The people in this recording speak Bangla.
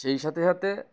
সেই সাথে সাথে